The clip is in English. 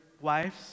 wives